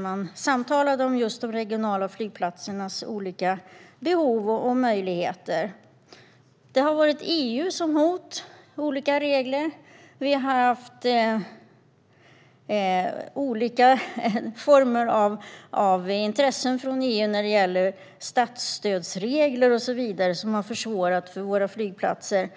Man samtalade om just de regionala flygplatsernas olika behov och möjligheter. EU har varit emot olika regler. Det har funnits olika intressen från EU:s sida när det gäller statsstödsregler och så vidare, vilket har försvårat för våra flygplatser.